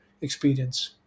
experience